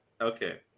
Okay